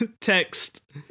text